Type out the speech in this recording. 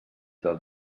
del